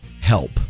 help